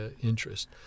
interest